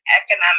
economic